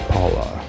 Paula